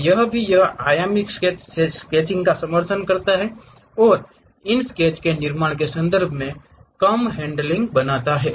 और यह भी यह आयामी स्केचिंग का समर्थन करता है और इन स्केच के निर्माण के संदर्भ में कम हैंडलिंग बनाता है